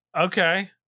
Okay